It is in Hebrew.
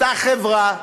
אותה חברה,